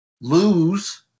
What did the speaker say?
lose